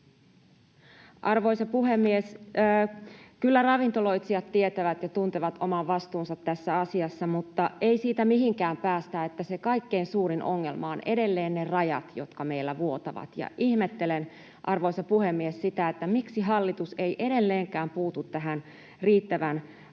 Arvoisa puhemies! Kyllä ravintoloitsijat tietävät ja tuntevat oman vastuunsa tässä asiassa, mutta ei siitä mihinkään päästä, että se kaikkein suurin ongelma ovat edelleen ne rajat, jotka meillä vuotavat. Ihmettelen, arvoisa puhemies, sitä, miksi hallitus ei edelleenkään puutu tähän riittävän kovalla